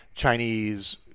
Chinese